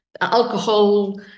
alcohol